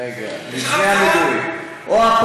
רגע, מבני המגורים, יש לך